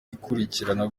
ikurikirana